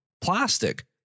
Plastic